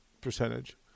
percentage